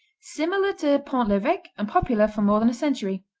similar to pont l'eveque and popular for more than a century.